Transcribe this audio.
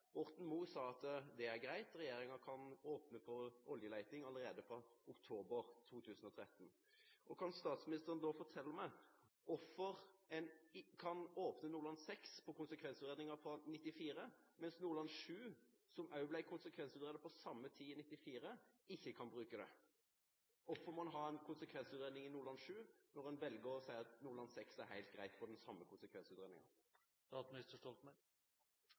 sa at det er greit, regjeringen kan åpne for oljeleting allerede fra oktober 2013. Kan statsministeren fortelle meg hvorfor man kan åpne Nordland VI, med konsekvensutredninger fra 1994, mens Nordland VII, som også ble konsekvensutredet på samme tid, i 1994, ikke kan det? Hvorfor må man ha en konsekvensutredning i Nordland VII, når man velger å si at det er heilt greit i Nordland VI, med den samme